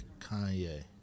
Kanye